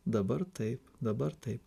dabar taip dabar taip